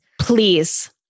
Please